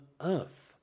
earth